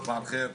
(מתורגם מערבית)